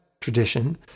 tradition